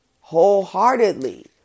wholeheartedly